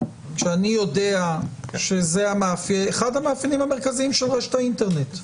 כשאני יודע שזה אחד המאפיינים המרכזיים של רשת האינטרנט,